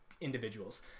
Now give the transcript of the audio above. individuals